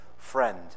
Friend